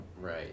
Right